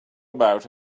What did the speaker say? about